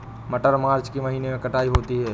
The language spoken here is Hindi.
मटर मार्च के महीने कटाई होती है?